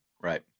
Right